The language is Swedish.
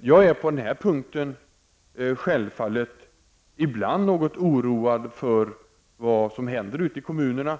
Jag är på den här punkten självfallet ibland något oroad för vad som händer ute i kommunerna,